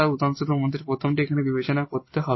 উদাহরণস্বরূপ আমাদের প্রথমটি বিবেচনা করতে হবে